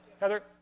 Heather